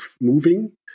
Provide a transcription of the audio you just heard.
moving